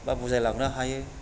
एबा बुजायलांनो हायो